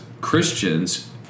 Christians